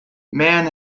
mann